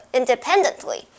independently